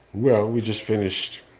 well, we just finished